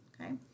okay